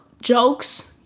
jokes